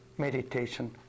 meditation